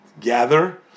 gather